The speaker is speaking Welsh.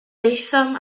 daethom